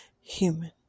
human